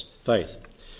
faith